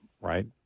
right